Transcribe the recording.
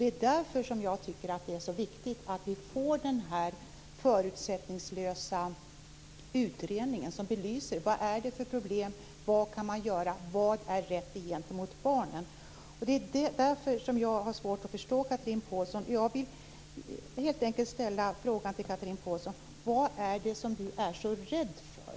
Det är därför som jag tycker att det är så viktigt att vi får en förutsättningslös utredning som belyser vad som är problemet, vad man kan göra, vad som är rätt gentemot barnet. Det är därför jag har svårt att förstå Chatrine Pålsson. Chatrine Pålsson är så rädd för?